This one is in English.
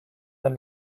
than